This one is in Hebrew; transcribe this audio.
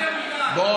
בו